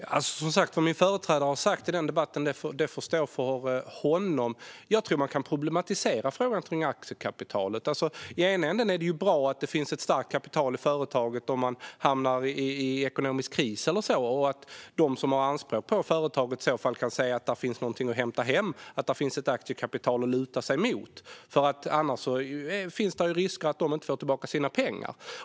Herr talman! Som sagt, vad min företrädare sa i den debatten får stå för honom. Jag tror att man kan problematisera frågan om aktiekapital. Å ena sidan är det bra att det finns ett starkt kapital i företaget om man hamnar i ekonomisk kris och att de som har anspråk på företaget kan se att det finns något att hämta hem och ett aktiekapital att luta sig mot, för annars finns det en risk att de inte får tillbaka sina pengar.